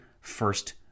first